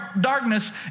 darkness